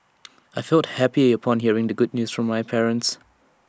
I felt happy upon hearing the good news from my parents